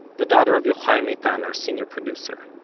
the daughter of yochai maital, our senior producer.